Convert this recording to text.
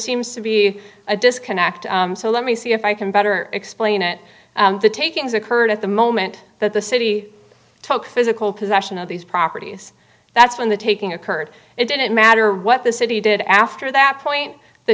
seems to be a disconnect so let me see if i can better explain it the takings occurred at the moment that the city took physical possession of these properties that's when the taking occurred it didn't matter what the city did after that point the